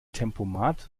tempomat